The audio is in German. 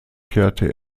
kehrte